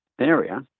area